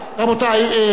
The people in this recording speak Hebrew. רבותי,